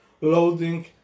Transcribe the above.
loading